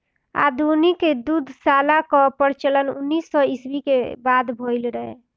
आधुनिक दुग्धशाला कअ प्रचलन उन्नीस सौ ईस्वी के बाद भइल